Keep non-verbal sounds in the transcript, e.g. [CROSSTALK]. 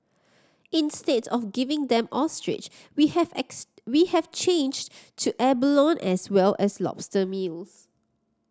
instead of giving them ostrich we have [UNINTELLIGIBLE] we have changed to abalone as well as lobster meals